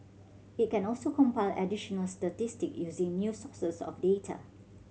it can also compile additional statistic using new sources of data